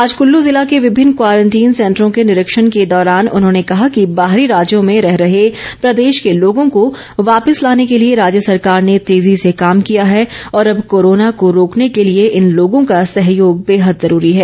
आज कुल्लू जिला के विभिन्न क्वारंटीन सेंटरों के निरिक्षण के दौरान उन्होंने कहा कि बाहरी राज्यों में रह रहे प्रदेश के लोगों को वापिस लाने के लिए राज्य सरकार ने तेजी से काम किया है और अब कोरोना को रोकने के लिए इन लोगों का सहयोग बेहद जरूरी है